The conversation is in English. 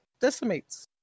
decimates